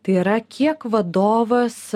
tai yra kiek vadovas